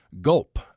gulp